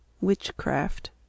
witchcraft